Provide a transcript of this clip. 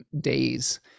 days